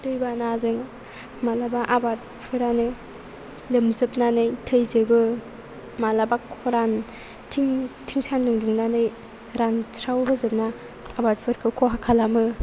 दैबानाजों माब्लाबा आबादफोरानो लोमजोबनानै थैजोबो माब्लाबा खरान थिं थिं सानदुं दुंनानै रानस्रावहोजोबना आबादफोरखौ खहा खालामो